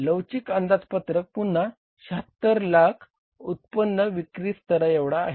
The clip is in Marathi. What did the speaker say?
लवचिक अंदाजपत्रक पुन्हा 7600000 उत्पन्न विक्री स्तराएवढा आहे